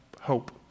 hope